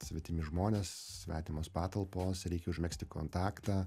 svetimi žmonės svetimos patalpos reikia užmegzti kontaktą